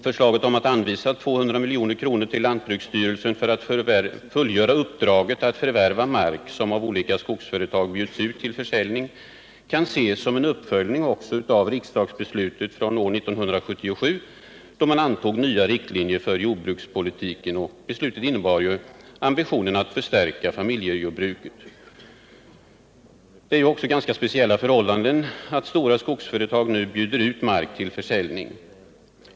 Förslaget om att anvisa 200 milj.kr. till lantbruksstyrelsen för att fullgöra uppdraget att förvärva mark som av olika skogsföretag bjuds ut till försäljning kan ses som en uppföljning av riksdagsbeslutet år 1977, då riksdagen antog nya riktlinjer för jordbrukspolitiken. Beslutet innebar ju en ambition att förstärka familjejordbruken. Det får också sägas vara ganska speciella förhållanden att stora skogsföretag nu bjuder ut mark till försäljning.